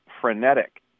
frenetic